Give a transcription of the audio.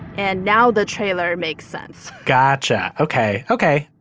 and now the trailer makes sense gotcha, ok. ok,